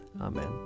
Amen